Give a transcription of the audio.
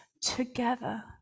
together